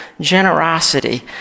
generosity